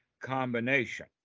combination